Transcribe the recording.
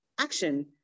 action